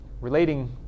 relating